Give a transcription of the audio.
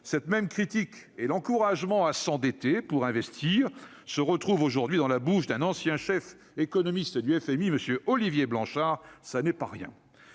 Cette même critique et l'encouragement à s'endetter pour investir se retrouvent aujourd'hui dans la bouche d'un ancien chef économiste du FMI, M. Olivier Blanchard ; ce n'est pas rien.